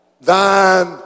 thine